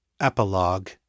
Epilogue